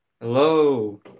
Hello